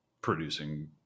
producing